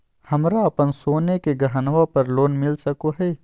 हमरा अप्पन सोने के गहनबा पर लोन मिल सको हइ?